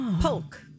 Polk